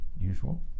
usual